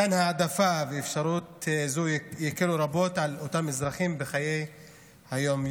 מתן העדפה ואפשרות זו יקלו רבות על אותם אזרחים בחיי היום-יום,